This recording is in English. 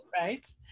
Right